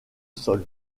sol